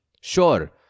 Sure